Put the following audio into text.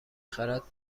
خرد